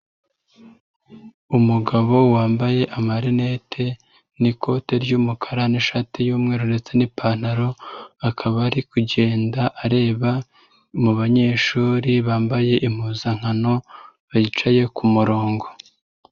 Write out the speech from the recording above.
Umugabo wambaye amarinete n'ikote ry'umukara n'ishati y'umweru ndetse n'ipantaro, akaba ari kugenda areba mu banyeshuri bambaye impuzankano bicaye ku murongo.